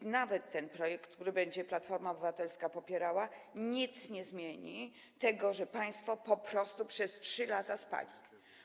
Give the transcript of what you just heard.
I nawet ten projekt, który będzie Platforma Obywatelska popierała, nie zmieni tego, że państwo po prostu przez 3 lata spali.